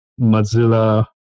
Mozilla